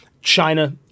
China